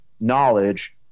knowledge